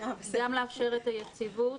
וגם לאפשר את היציבות.